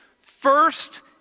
first